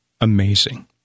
Amazing